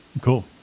Cool